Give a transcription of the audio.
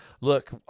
look